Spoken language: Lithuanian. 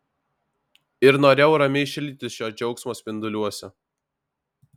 ir norėjau ramiai šildytis šio džiaugsmo spinduliuose